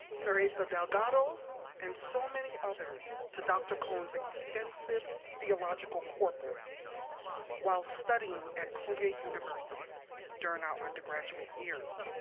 teresa delgado and so many others to dr. cone's extensive theological corpus while studying at colgate university during our undergraduate years.